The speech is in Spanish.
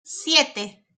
siete